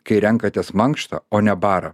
kai renkatės mankštą o ne barą